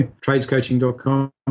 tradescoaching.com